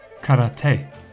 Karate